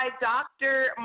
Dr